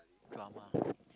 drama